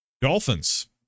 Dolphins